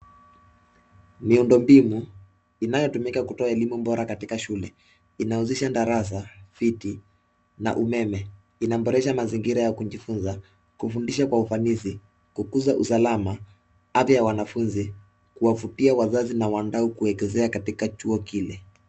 Miundombinu inayotumika kutoa elimu bora katika shule inahusisha darasa, viti na umeme. Inaboresha mazingira ya kujifunza, kufundisha kwa ufanisi, kukuza usalama, afya ya wanafunzi, kuwavutia wazazi na wadau kuwekezea katika chuo kile.